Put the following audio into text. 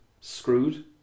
screwed